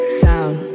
sound